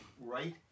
right